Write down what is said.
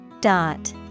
Dot